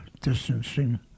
distancing